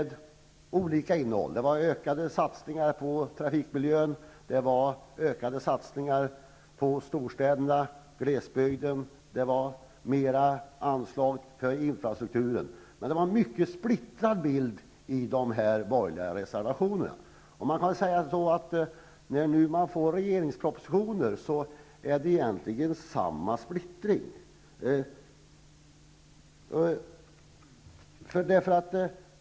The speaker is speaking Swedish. Det gällde ökade satsningar på trafikmiljön, ökade satsningar på storstäderna och glesbygden, större anslag för infrastruktur m.m. De borgerliga reservationerna gav emellertid en mycket splittrad bild. När man nu får propositionen från regeringen finner man egentligen samma splittring.